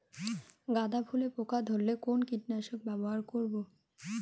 গাদা ফুলে পোকা ধরলে কোন কীটনাশক ব্যবহার করব?